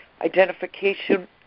identification